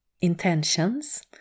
intentions